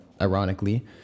ironically